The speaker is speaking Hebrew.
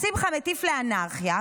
אז שמחה מטיף לאנרכיה,